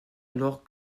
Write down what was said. alors